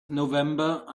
november